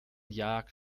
jagd